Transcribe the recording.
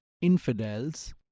infidels